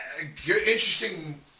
interesting